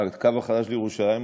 הקו החדש לירושלים,